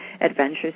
adventures